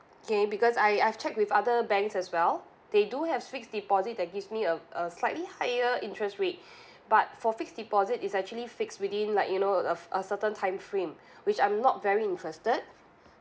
okay because I I've checked with other banks as well they do have fixed deposit that gives me a a slightly higher interest rate but for fixed deposit it's actually fixed within like you know a a certain time frame which I'm not very interested